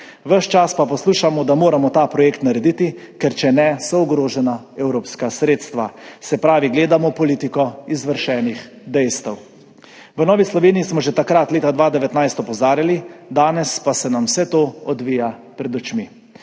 Ves čas pa poslušamo, da moramo ta projekt narediti, ker če ne, so ogrožena evropska sredstva, se pravi gledamo politiko izvršenih dejstev. V Novi Sloveniji smo opozarjali že takrat, leta 2019, danes pa se nam vse to odvija pred očmi.